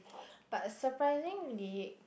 but surprisingly